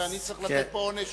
ואני צריך לתת פה עונש